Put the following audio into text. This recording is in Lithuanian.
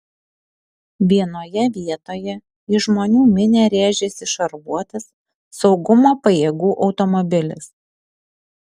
vienoje vietoje į žmonių minią rėžėsi šarvuotas saugumo pajėgų automobilis